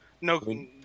No